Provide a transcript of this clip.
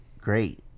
great